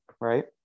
Right